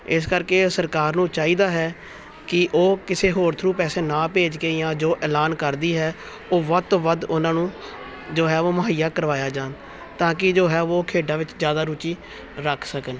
ਇਸ ਕਰਕੇ ਸਰਕਾਰ ਨੂੰ ਚਾਹੀਦਾ ਹੈ ਕਿ ਉਹ ਕਿਸੇ ਹੋਰ ਥਰੂ ਪੈਸੇ ਨਾ ਭੇਜ ਕੇ ਜਾਂ ਜੋ ਐਲਾਨ ਕਰਦੀ ਹੈ ਉਹ ਵੱਧ ਤੋਂ ਵੱਧ ਉਹਨਾਂ ਨੂੰ ਜੋ ਹੈ ਵੋ ਮੁਹੱਈਆ ਕਰਵਾਇਆ ਜਾਣ ਤਾਂ ਕਿ ਜੋ ਹੈ ਵੋ ਖੇਡਾਂ ਵਿੱਚ ਜ਼ਿਆਦਾ ਰੁਚੀ ਰੱਖ ਸਕਣ